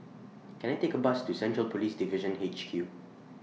Can I Take A Bus to Central Police Division H Q